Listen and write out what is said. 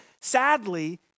sadly